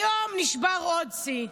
היום נשבר עוד שיא.